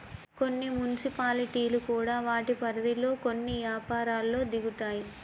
కొన్ని మున్సిపాలిటీలు కూడా వాటి పరిధిలో కొన్ని యపారాల్లో దిగుతాయి